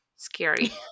scary